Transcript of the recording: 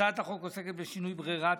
הצעת החוק עוסקת בשינוי ברירת